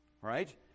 Right